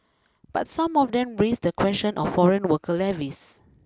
but some of them raise the question of foreign worker levies